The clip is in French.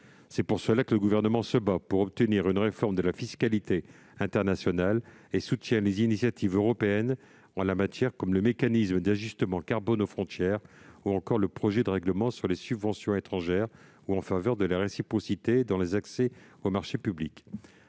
accès aux nôtres. Le Gouvernement se bat pour obtenir une réforme de la fiscalité internationale et soutient les initiatives européennes comme le mécanisme d'ajustement carbone aux frontières ou le projet de règlement sur les subventions étrangères ou en faveur de la réciprocité dans les accès aux marchés publics.